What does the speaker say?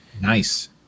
Nice